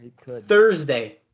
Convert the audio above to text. Thursday